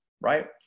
right